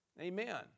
Amen